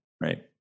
right